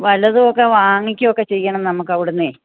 വല്ലതും ഒക്കെ വാങ്ങിക്കുകയൊക്കെ ചെയ്യണം നമുക്ക് അവിടുന്നേ